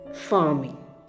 Farming